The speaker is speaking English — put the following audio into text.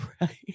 Right